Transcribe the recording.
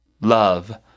Love